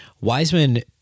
Wiseman